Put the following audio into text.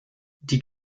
die